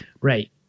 Right